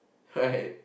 right